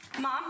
mom